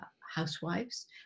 housewives